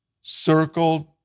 circled